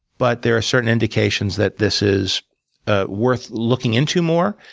but there are certain indications that this is ah worth looking into more.